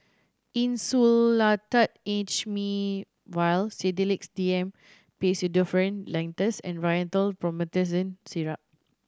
Insulatard H vial Sedilix D M Pseudoephrine Linctus and Rhinathiol Promethazine Syrup